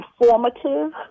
informative